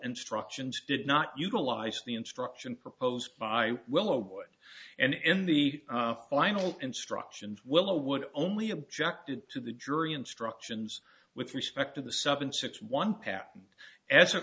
instructions did not utilize the instruction proposed by willow boy and in the final instructions will would only objected to the jury instructions with respect to the seven six one pat